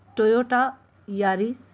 Toyota Yaris